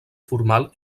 formal